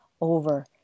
over